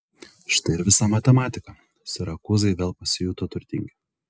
štai ir visa matematika sirakūzai vėl pasijuto turtingi